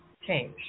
change